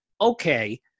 okay